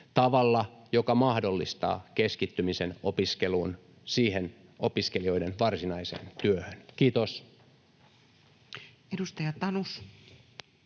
tavalla, joka mahdollistaa keskittymisen opiskeluun, siihen opiskelijoiden varsinaiseen työhön. — Kiitos. Edustaja Tanus.